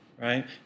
right